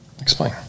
Explain